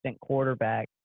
quarterback